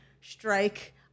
strike